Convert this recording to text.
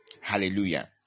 Hallelujah